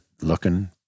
looking